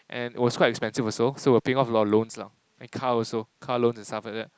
and it was quite expensive also so we'll pay off our loans lah then car also car loans and stuff like that